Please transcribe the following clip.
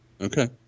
Okay